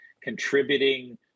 contributing